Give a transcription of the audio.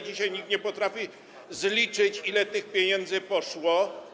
Dzisiaj nikt nie potrafi zliczyć, ile tych pieniędzy poszło.